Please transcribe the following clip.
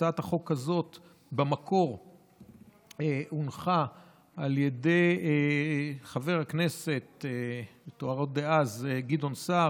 הצעת החוק הזאת במקור הונחה על ידי חבר הכנסת דאז גדעון סער,